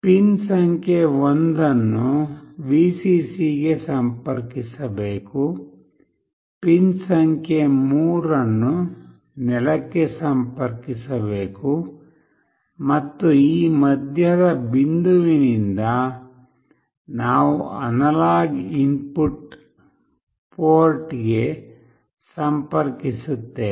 pin ಸಂಖ್ಯೆ 1 ಅನ್ನು Vcc ಗೆ ಸಂಪರ್ಕಿಸಬೇಕು ಪಿನ್ ಸಂಖ್ಯೆ 3 ಅನ್ನು ನೆಲಕ್ಕೆ ಸಂಪರ್ಕಿಸಬೇಕು ಮತ್ತು ಈ ಮಧ್ಯದ ಬಿಂದುವಿನಿಂದ ನಾವು ಅನಲಾಗ್ ಇನ್ಪುಟ್ ಪೋರ್ಟ್ಗೆ ಸಂಪರ್ಕಿಸುತ್ತೇವೆ